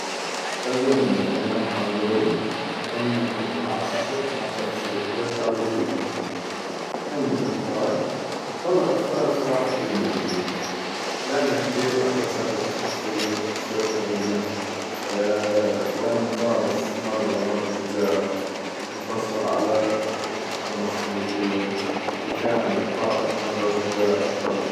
لو يوم من الأيام قالو لي إنك بتتعشى مع شخصية تاريخية، من بتختار؟ والله باختار صلاح الدين الأيوبي، لأنه كثير أحب هذي الشخصية، شخصية قوية، وإنه فارس مرة مرة شجاع، انتصر على الحملة الصليبية، وكان قائد مرة شجاع وفذ.